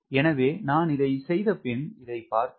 எனவே நான் இதை செய்த பின் இதை பார்த்தோம்